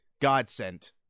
Godsent